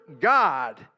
God